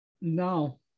no